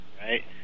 right